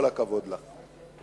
כל הכבוד לך.